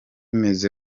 meze